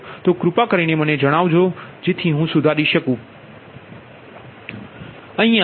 તેથી કૃપા કરીને મને આને જણાવો કે હું સુધારી શકું